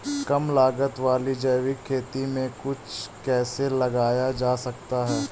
कम लागत वाली जैविक खेती में कद्दू कैसे लगाया जा सकता है?